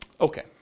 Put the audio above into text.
Okay